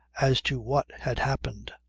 as to what had happened.